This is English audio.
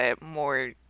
more